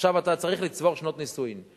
עכשיו אתה צריך לצבור שנות נישואים.